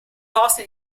posti